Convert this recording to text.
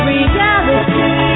Reality